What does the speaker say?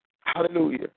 Hallelujah